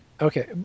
Okay